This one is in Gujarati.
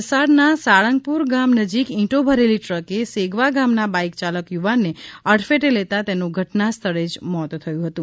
તો વલસાડના સાળંગપુર ગામ નજીક ઇંટો ભરેલી ટ્રકે સેગવા ગામના બાઇક ચાલક યુનાનને અડફેટે લેતાં તેનું ઘટનાસ્થળે જ મોત થયું હતું